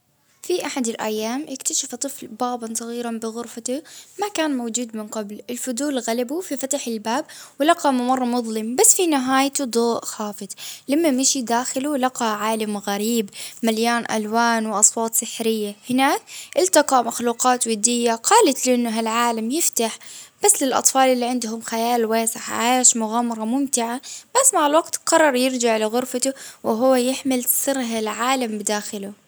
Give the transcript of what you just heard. في أحد الأيام إكتشف طفل بابا صغيرا بغرفته، ما كان موجود من قبل، الفضول غلبه في فتح الباب، ولقى ممر مظلم بس في نهايته ضوء خافت، لما مشي داخل ولقى عالم غريب مليان ألوان وأصوات سحرية، هناك التقى مخلوقات ودية قالت له إن هالعالم يفتح بس للأطفال اللي عندهم خيال واسع ،عاش مغامرة ممتعة، بس قرر يرجع لغرفته وهو يحمل سر هالعالم بداخله.